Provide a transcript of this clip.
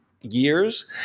years